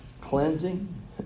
cleansing